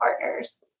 partners